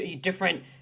different